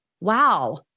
Wow